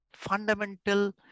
fundamental